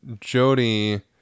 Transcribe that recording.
Jody